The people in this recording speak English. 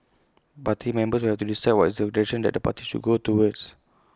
party members will have to decide what is the direction that the party should go towards